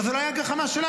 אבל זו לא הייתה גחמה שלנו,